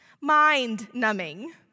mind-numbing